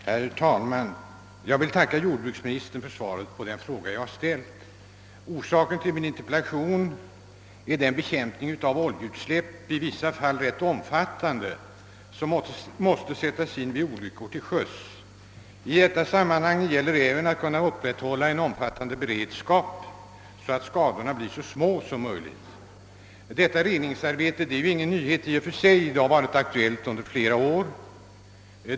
Herr talman! Jag vill tacka jordbruksministern för svaret på den fråga jag ställt. Orsaken till min interpellation är den bekämpning av oljeutsläpp — i vissa fall rätt omfattande — som måste sättas in vid olyckor till sjöss. I detta sammanhang gäller även att kunna upprätthålla en omfattande beredskap, så att skadorna blir så små som möjligt. Detta reningsarbete är ingen nyhet i och för sig; det har varit aktuellt under flera år.